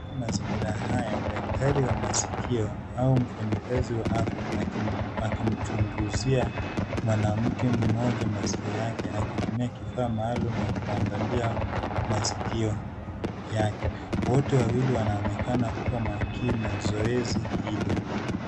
Katika mazingira haya daktari wa masikio au mfanyikazi wa afya akimchunguzia mwanamke mmoja masikio yake akitumia kifaa maalum ya kuangalia masikio yake. Wote wawili wanaonekana kuwa makini na zoezi hilo.